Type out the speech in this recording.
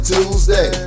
Tuesday